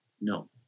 No